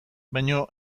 baina